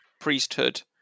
priesthood